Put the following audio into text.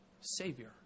Savior